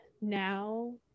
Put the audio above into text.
now